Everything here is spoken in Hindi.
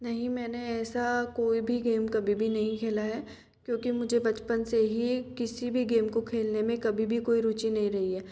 नहीं मैंने ऐसा कोई भी गेम कभी भी नहीं खेला हैं क्योंकि मुझे बचपन से ही किसी भी गेम को खेलने में कभी भी कोई रुचि नहीं रही है